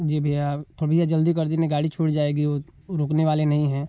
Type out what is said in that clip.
जी भैया तो भैया जल्दी कर दीजिए नहीं गाड़ी छूट जाएगी वह ब रुकने वाले नहीं हैं